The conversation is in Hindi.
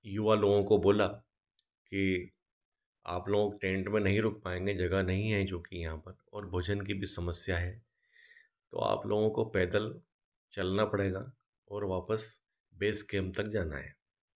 युवा लोगों को बोला कि आप लोग टेन्ट में नहीं रुक पाएँगे जगह नहीं है जो कि यहाँ पर और भोजन की भी समस्या है तो आप लोगों को पैदल चलना पड़ेगा और वापस बेस कैम्प तक जाना है